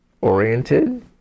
oriented